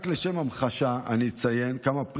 רק לשם המחשה אציין כאן כמה פריטים: